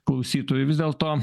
klausytojai vis dėlto